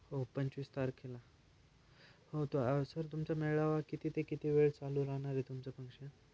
हो पंचवीस तारखेला हो तो सर तुमचा मेळावा किती ते किती वेळ चालू राहणार आहे तुमचं पंक्शन